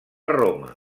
roma